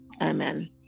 Amen